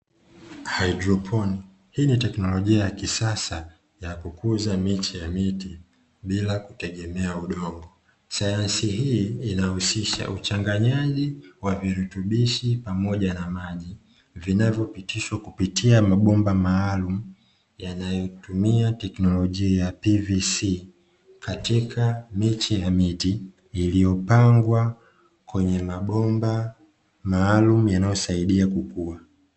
Haidroponi hii ni teknolojia ya kisasa ya kukuza miche ya miti bila kutegemea udongo, sayansi hii inahusasha uchanganyaji wa virutubisho pamoja na maji vinavyo pitishwa kupitia mabomba maalumu yanayo tumia teknolojia ya "PVC" katika miche ya miti iliyopangwa kwenye mabomba maalumu yanayo isaidia kukua.